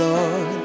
Lord